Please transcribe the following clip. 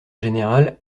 général